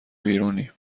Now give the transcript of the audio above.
بیرونیم